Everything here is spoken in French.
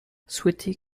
souhaiter